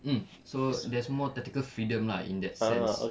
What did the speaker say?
mm so there's more tactical freedom lah in that sense